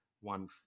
one